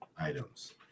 items